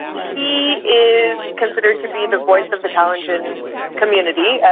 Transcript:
he is considered to be the voice of the kalenjin community,